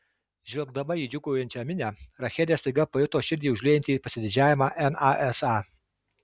žvelgdama į džiūgaujančią minią rachelė staiga pajuto širdį užliejantį pasididžiavimą nasa